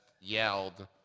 yelled